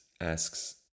asks